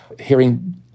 hearing